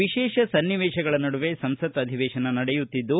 ವಿಶೇಷ ಸನ್ನಿವೇಶಗಳ ನಡುವೆ ಸಂಸತ್ ಅಧಿವೇಶನ ನಡೆಯುತ್ತಿದ್ದು